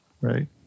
right